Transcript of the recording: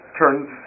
turns